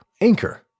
anchor